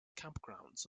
campgrounds